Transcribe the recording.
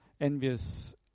envious